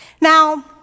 Now